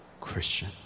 Christian